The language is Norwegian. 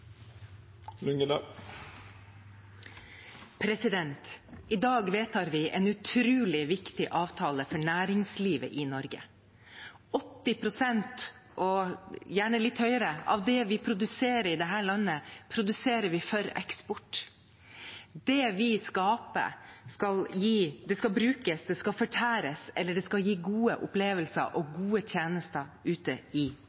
I dag vedtar vi en utrolig viktig avtale for næringslivet i Norge. 80 pst. – og gjerne litt høyere – av det vi produserer i dette landet, produserer vi for eksport. Det vi skaper, det skal brukes, det skal fortæres, eller det skal gi gode opplevelser og gode tjenester ute i